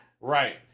right